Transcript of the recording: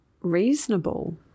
reasonable